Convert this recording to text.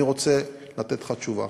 אני רוצה לתת לך תשובה.